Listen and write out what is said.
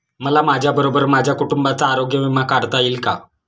मला माझ्याबरोबर माझ्या कुटुंबाचा आरोग्य विमा काढता येईल का?